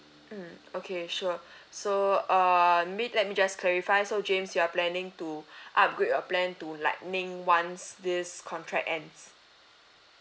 mm okay sure so err may~ let me just clarify so james you are planning to upgrade your plan to lightning once this contract ends